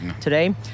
today